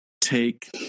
take